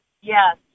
yes